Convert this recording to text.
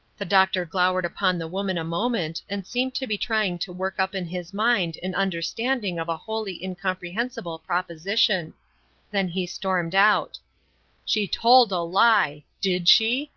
the doctor glowered upon the woman a moment, and seemed to be trying to work up in his mind an understanding of a wholly incomprehensible proposition then he stormed out she told a lie! did she?